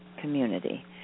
Community